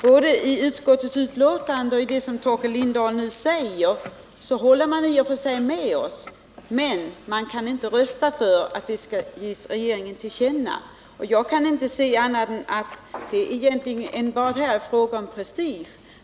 Både i utskottsbetänkandet och i det som Torkel Lindahl nu anför håller man i och för sig med oss — men man kan inte rösta för att det som står i motionen skall ges regeringen till känna. Jag kan inte se annat än att det egentligen här bara är fråga om prestige.